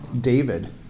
David